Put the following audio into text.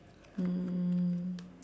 mm